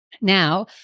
Now